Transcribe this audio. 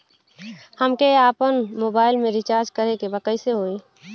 हमके आपन मोबाइल मे रिचार्ज करे के बा कैसे होई?